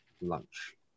lunch